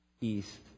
east